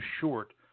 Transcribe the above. short